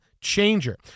changer